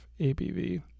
ABV